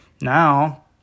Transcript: now